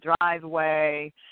driveway